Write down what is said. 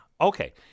Okay